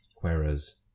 whereas